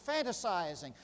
fantasizing